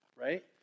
Right